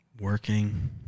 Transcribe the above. working